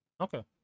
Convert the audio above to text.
Okay